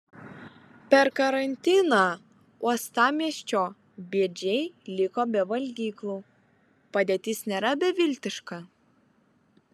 per karantiną uostamiesčio bėdžiai liko be valgyklų padėtis nėra beviltiška